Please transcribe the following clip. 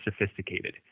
sophisticated